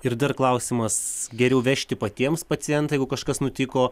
ir dar klausimas geriau vežti patiems pacientą jeigu kažkas nutiko